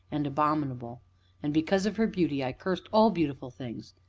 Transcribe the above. and abominable and, because of her beauty, i cursed all beautiful things,